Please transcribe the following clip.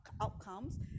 outcomes